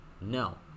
no